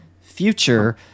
future